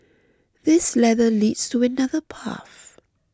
this ladder leads to another path